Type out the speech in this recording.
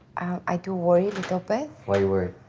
i do worry a little bit. why are you worried?